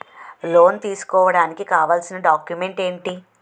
Loan తీసుకోడానికి కావాల్సిన documents ఎంటి?